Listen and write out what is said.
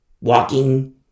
Walking